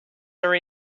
are